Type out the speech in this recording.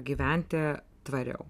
gyventi tvariau